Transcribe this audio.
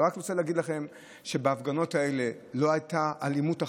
אני רק רוצה להגיד לכם שבהפגנות האלה לא הייתה אלימות אחת.